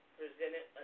presented